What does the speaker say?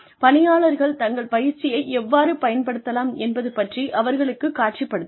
பணியாளர்கள் தங்கள் பயிற்சியை எவ்வாறு பயன்படுத்தலாம் என்பது பற்றி அவர்களுக்குக் காட்சிப்படுத்துங்கள்